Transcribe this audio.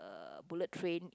uh bullet train in